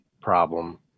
problem